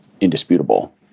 indisputable